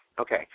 Okay